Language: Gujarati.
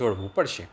જોડવું પડશે